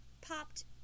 popped